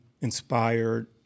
inspired